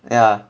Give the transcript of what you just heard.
yeah